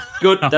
Good